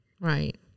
Right